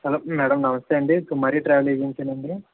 hello madam నమస్తే అండి Kumari travel ఏజన్సీనండి